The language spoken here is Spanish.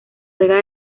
juega